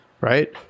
right